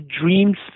dreams